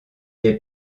est